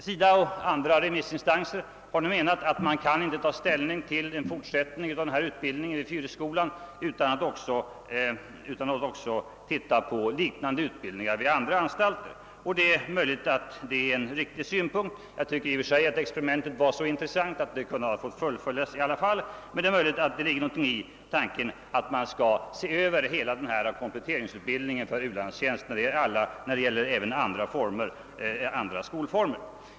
SIDA och andra remissinstanser har nu menat att man inte kan ta ställning till en fortsättning av utbildningen vid Fyrisskolan utan att också se på liknande utbildningar vid andra anstalter. Det är möjligt att detta är en riktig syn punkt. Jag tycker att experimentet i och för sig var så intressant att det kunde ha fått fullföljas i alla fall, men det kan ligga någonting i tanken att man skall se över hela denna kompletteringsutbildning för u-landstjänst även inom andra skolformer.